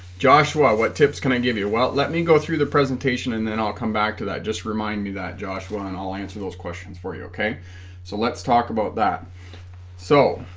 joshua what tips can i give you well let me go through the presentation and then i'll come back to that just remind me that joshua and i'll answer those questions for you okay so let's talk about that so